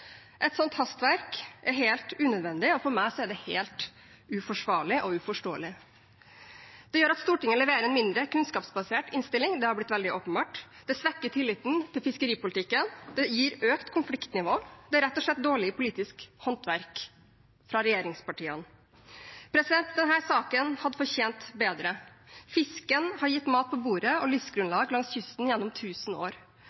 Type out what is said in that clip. Et sånt hastverk er helt unødvendig, og for meg er det helt uforsvarlig og uforståelig. Det gjør at Stortinget leverer en mindre kunnskapsbasert innstilling – det har blitt veldig åpenbart. Det svekker tilliten til fiskeripolitikken. Det gir økt konfliktnivå. Det er rett og slett dårlig politisk håndverk fra regjeringspartiene. Denne saken hadde fortjent bedre. Fisken har gitt mat på bordet og livsgrunnlag langs kysten gjennom tusen år.